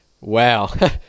wow